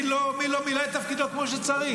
מי לא מילא את תפקידו כמו שצריך.